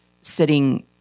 sitting